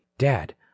dad